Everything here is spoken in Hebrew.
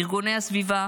ארגוני הסביבה,